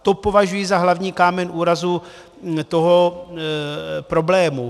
To považuji za hlavní kámen úrazu toho problému.